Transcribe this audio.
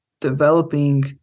developing